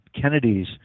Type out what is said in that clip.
Kennedy's